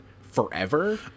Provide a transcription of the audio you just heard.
forever